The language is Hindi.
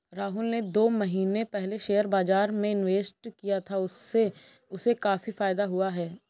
राहुल ने दो महीने पहले शेयर बाजार में इन्वेस्ट किया था, उससे उसे काफी फायदा हुआ है